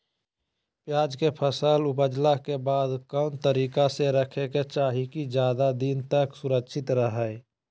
प्याज के फसल ऊपजला के बाद कौन तरीका से रखे के चाही की ज्यादा दिन तक सुरक्षित रहय?